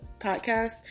podcast